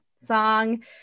song